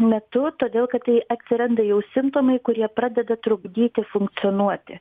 metu todėl kad tai atsiranda jau simptomai kurie pradeda trukdyti funkcionuoti